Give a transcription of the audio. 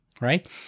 right